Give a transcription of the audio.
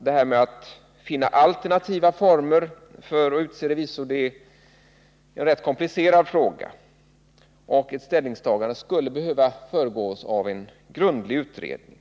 det gällde att finna alternativa former för att utse revisor att detta är en ganska komplicerad fråga och att ett ställningstagande skulle behöva föregås av en grundlig utredning.